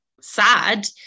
sad